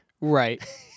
Right